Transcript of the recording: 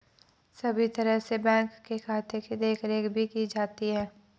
सभी तरह से बैंक के खाते की देखरेख भी की जाती है